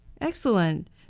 Excellent